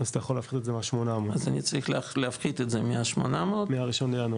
אז אתה יכול להפחית את זה מה-800, מה-1 לינואר.